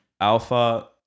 alpha